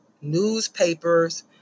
newspapers